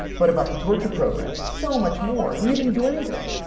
but, about the torture program, so much more and you didn't do anything.